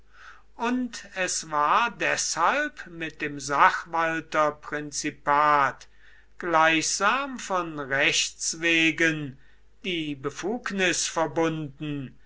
und es war deshalb mit dem sachwalterprinzipat gleichsam von rechts wegen die befugnis verbunden